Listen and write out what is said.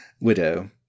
widow